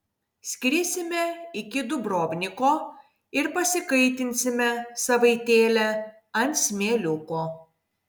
skrisime iki dubrovniko ir pasikaitinsime savaitėlę ant smėliuko